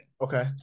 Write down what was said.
Okay